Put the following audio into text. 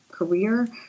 career